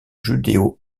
judéo